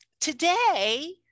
today